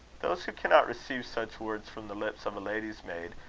those who cannot receive such words from the lips of a lady's-maid,